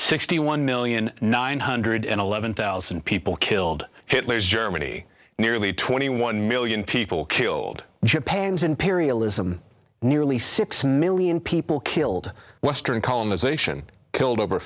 sixty one million nine hundred eleven thousand people killed hitler's germany nearly twenty one million people killed japan's imperialism nearly six million people killed western colonization killed over